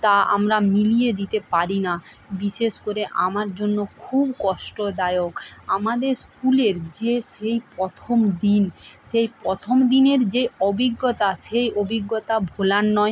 তা আমরা মিলিয়ে দিতে পারি না বিশেষ করে আমার জন্য খুব কষ্টদায়ক আমাদের স্কুলের যে সেই প্রথম দিন সেই প্রথম দিনের যে অবিজ্ঞতা সেই অবিজ্ঞতা ভোলার নয়